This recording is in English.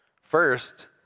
First